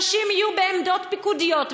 נשים יהיו בעמדות פיקודיות,